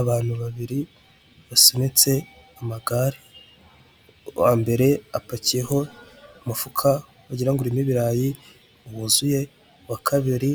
Abantu babiri basunitse amagare, uwa mbere apakiyeho umufuka wagira ngo urimo ibirayi wuzuye, uwa kabiri